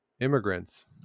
immigrants